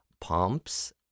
Pumps